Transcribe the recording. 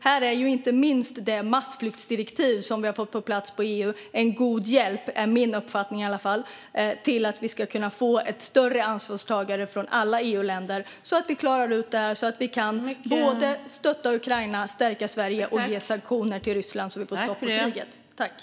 Här är ju inte minst det massflyktsdirektiv som vi har fått på plats i EU en god hjälp - det är min uppfattning i alla fall - för att vi ska kunna få ett större ansvarstagande från alla EU-länder, så att vi klarar att stötta Ukraina, stärka Sverige och införa sanktioner mot Ryssland, så att vi får stopp på kriget.